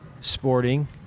Sporting